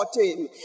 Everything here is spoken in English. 14